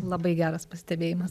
labai geras pastebėjimas